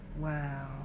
Wow